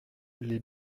les